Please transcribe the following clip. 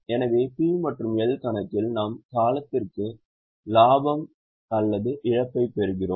எனவே P மற்றும் L கணக்கில் நாம் காலத்திற்கு லாபம் அல்லது இழப்பைப் பெறுகிறோம்